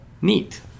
Neat